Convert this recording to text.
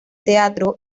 teatro